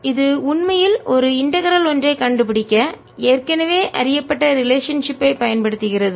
இது உண்மையில் ஒரு இன்டகரல் ஒன்றைக் கண்டுபிடிக்கஏற்கனவே அறியப்பட்ட ரிலேஷன்ஷிப் ஐ பயன்படுத்துகிறது